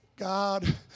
God